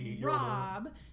rob